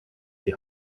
die